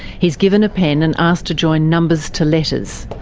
he's given a pen and asked to join numbers to letters,